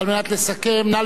נא לצלצל.